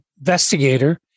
investigator